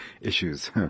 issues